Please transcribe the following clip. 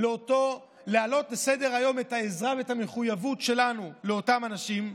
להעלות לסדר-היום את העזרה ואת המחויבות שלנו לאותם אנשים,